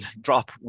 drop